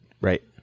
Right